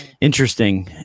Interesting